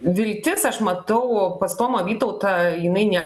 viltis aš matau pas tomą vytautą jinai ne